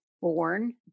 born